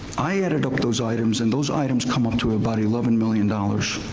i added up those items, and those items come up to about eleven million dollars.